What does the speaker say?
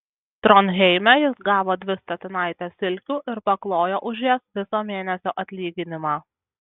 tronheime jis gavo dvi statinaites silkių ir paklojo už jas viso mėnesio atlyginimą